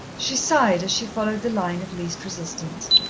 she sighed, as she followed the line of least resistance.